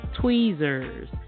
tweezers